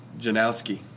Janowski